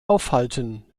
aufhalten